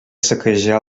saquejar